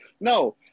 No